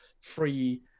free